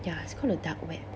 ya it's called the dark web